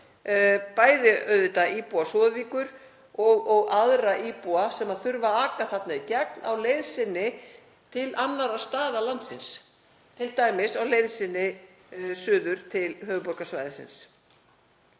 bæði auðvitað íbúa Súðavíkur og aðra íbúa sem þurfa að aka þarna í gegn á leið sinni til annarra staða landsins, t.d. á leið sinni suður til höfuðborgarsvæðisins.